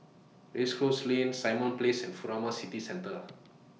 Race Course Lane Simon Place and Furama City Centre